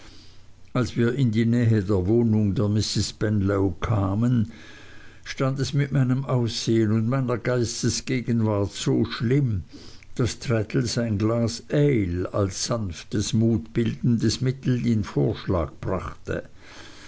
als wir in die nähe der wohnung der misses spenlow kamen stand es mit meinem aussehen und meiner geistesgegenwart so schlimm daß traddles ein glas ale als sanftes mutbildendes mittel in vorschlag brachte